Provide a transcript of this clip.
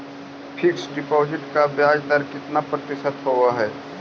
Fix deposit का ब्याज दर कितना प्रतिशत होब है?